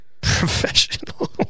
Professional